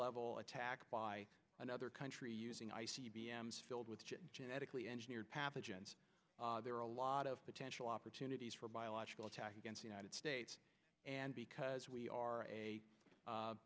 level attack by another country using i c b m s filled with genetically engineered pathogens there are a lot of potential opportunities for a biological attack against the united states and because we are a